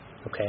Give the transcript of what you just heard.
Okay